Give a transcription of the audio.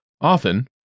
Often